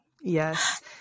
Yes